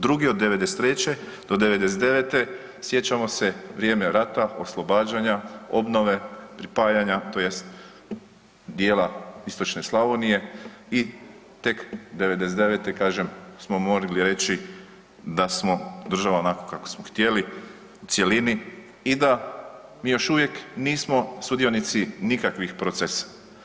Drugi od '93.-'99., sjećamo se, vrijeme rata, oslobađanja, obnove, pripajanja, tj. dijela istočne Slavonije i tek '99., kažem smo mogli reći da smo država onako kako smo htjeli u cjelini i da mi još uvijek nismo sudionici nikakvih procesa.